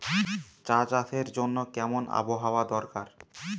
চা চাষের জন্য কেমন আবহাওয়া দরকার?